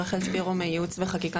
רחל ספירו מייעוץ וחקיקה,